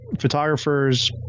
photographers